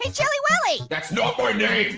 and chilly willy? that's not my name.